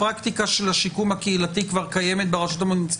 הפרקטיקה של השיקום הקהילתי כבר קיימת ברשות המוניציפלית,